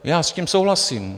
Já s tím souhlasím.